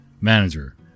Manager